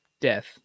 death